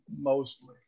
mostly